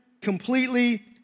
completely